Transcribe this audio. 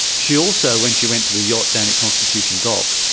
she also, when she went to the yacht down at constitution dock,